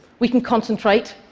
we can concentrate.